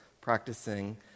practicing